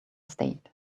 stayed